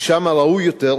ושמא ראוי יותר,